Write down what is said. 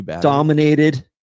dominated